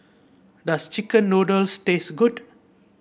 does chicken noodles taste good